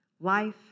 Life